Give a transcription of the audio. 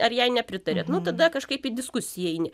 ar jai nepritariat nu tada kažkaip į diskusiją eini